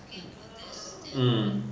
hmm